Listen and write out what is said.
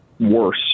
worse